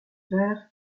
vert